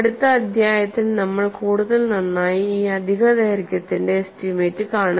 അടുത്ത അധ്യായത്തിൽ നമ്മൾ കൂടുതൽ നന്നായി ഈ അധിക ദൈർഘ്യത്തിന്റെ എസ്റ്റിമേറ്റ് കാണും